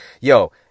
Yo